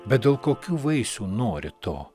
bet dėl kokių vaisių nori to